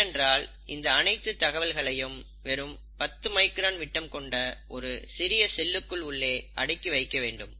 ஏனென்றால் இந்த அனைத்து தகவல்களையும் வெறும் 10 மைக்ரான் விட்டம் கொண்ட ஒரு சிறிய செல்லுக்கு உள்ளே அடக்கி வைக்க வேண்டும்